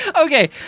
Okay